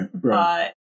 Right